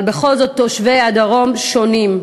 אבל בכל זאת תושבי הדרום שונים.